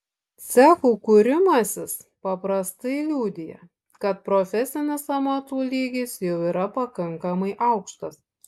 cechų kūrimasis paprastai liudija kad profesinis amatų lygis jau yra pakankamai aukštas